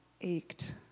ached